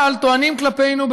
אבל טוענים כלפינו,